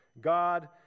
God